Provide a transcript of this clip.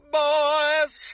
boys